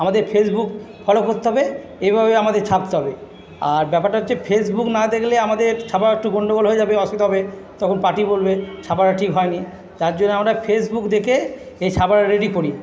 আমাদের Facebook follow করতে হবে এভাবে আমাদের ছাপতে হবে আর ব্যাপারটা হচ্ছে ফেসবুক না দেখলে আমাদের ছাপা একটু গন্ডগোল হয়ে যাবে অসুবিধা হবে তখন পার্টি বলবে ছাপাটা ঠিক হয় নি তার জন্য আমরা ফেসবুক দেখে এই ছাপাটা রেডি করি